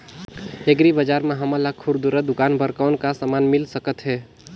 Agri बजार म हमन ला खुरदुरा दुकान बर कौन का समान मिल सकत हे?